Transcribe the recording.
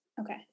okay